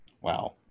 wow